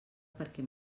perquè